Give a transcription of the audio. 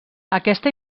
aquesta